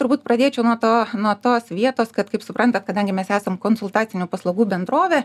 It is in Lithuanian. turbūt pradėčiau nuo to nuo tos vietos kad kaip suprantat kadangi mes esam konsultacinių paslaugų bendrovė